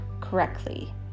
correctly